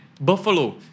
buffalo